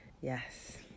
Yes